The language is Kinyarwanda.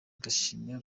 ndashimira